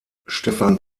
stefan